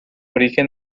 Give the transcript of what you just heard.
origen